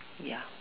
ya